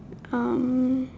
um